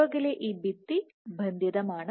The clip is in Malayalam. പുറകിലെ ഈ ഭിത്തി ബന്ധിതമാണ്